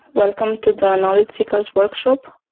welcome to the knowledge seekers workshop.